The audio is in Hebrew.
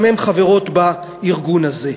שגם הן חברות בארגון הזה.